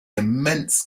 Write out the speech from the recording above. immense